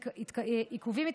עם עיכובים התפתחותיים,